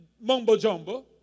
mumbo-jumbo